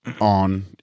on